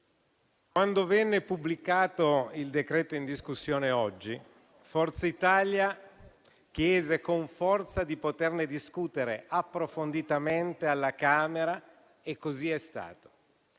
quando venne pubblicato il decreto oggi in discussione, Forza Italia chiese con forza di poterne discutere approfonditamente alla Camera e così è stato.